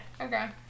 okay